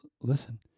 Listen